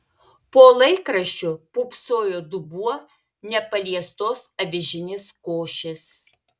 po laikraščiu pūpsojo dubuo nepaliestos avižinės košės